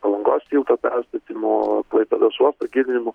palangos tilto perstatymu klaipėdos uosto gilinimu